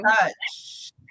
touch